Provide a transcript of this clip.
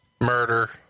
murder